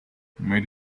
made